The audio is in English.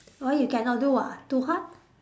why you cannot do ah too hard